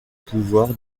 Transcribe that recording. pouvoir